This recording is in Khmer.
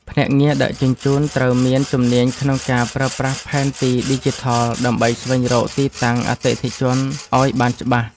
ភ្នាក់ងារដឹកជញ្ជូនត្រូវមានជំនាញក្នុងការប្រើប្រាស់ផែនទីឌីជីថល ដើម្បីស្វែងរកទីតាំងអតិថិជនឱ្យបានច្បាស់។